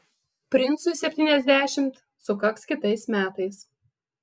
princui septyniasdešimt sukaks kitais metais